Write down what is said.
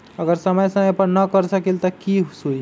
अगर समय समय पर न कर सकील त कि हुई?